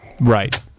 Right